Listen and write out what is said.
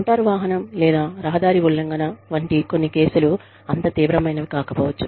motor వాహనం లేదా రహదారి ఉల్లంఘన వంటి కొన్ని కేసులు అంత తీవ్రమైనవి కాకపోవచ్చు